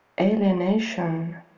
Alienation